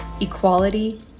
equality